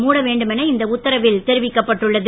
மூட வேண்டும் என இந்த உத்தரவில் தெரிவிக்கப்பட்டுள்ளது